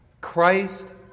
Christ